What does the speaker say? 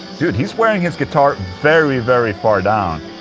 dude, he's wearing his guitar very very far down